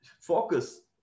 focus